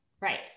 Right